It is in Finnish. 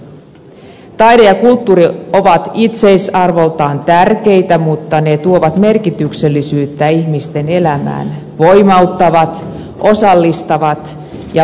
taide ja kulttuuri ovat itseisarvoltaan tärkeitä mutta ne tuovat merkityksellisyyttä ihmisten elämään voimauttavat osallistavat ja vahvistavat arkea